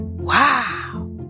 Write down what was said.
Wow